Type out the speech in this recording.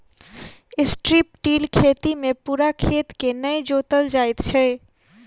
strip till खेती मे पूरा खेत के नै जोतल जाइत छै